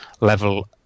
level